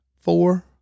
four